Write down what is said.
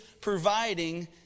providing